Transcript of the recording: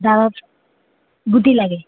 ডালত গুটি লাগে